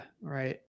Right